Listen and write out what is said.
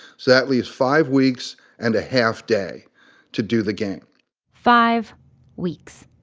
so that leaves five weeks and a half-day to do the game five weeks.